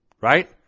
right